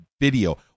video